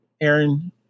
Aaron